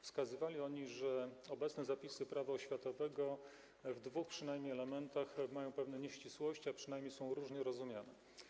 Wskazywali oni, że obecne zapisy Prawa oświatowego co najmniej w dwóch elementach mają pewne nieścisłości, a przynajmniej są różnie rozumiane.